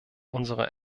unsere